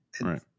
right